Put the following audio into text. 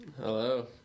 Hello